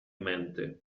mente